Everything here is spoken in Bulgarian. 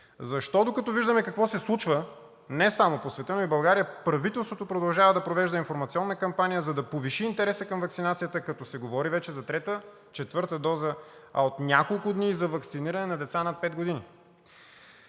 Защо, докато виждаме какво се случва не само по света, но и в България, правителството продължава да провежда информационна кампания, за да повиши интереса към ваксинацията, като се говори вече за трета, за четвърта доза, а от няколко дни и за ваксиниране на деца над пет години?